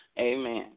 Amen